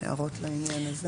הערות לעניין הזה?